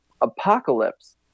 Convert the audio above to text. apocalypse